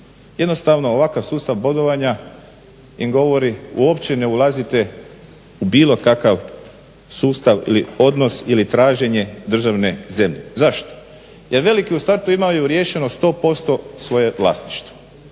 Jednostavno ovakav sustav bodovanja im govori uopće ne ulazite u bilo kakav sustav ili odnos ili traženje državne zemlje. Zašto? Jer veliki u startu imaju riješeno 100% svoje vlasništvo.